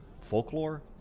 folklore